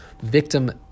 victim